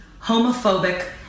homophobic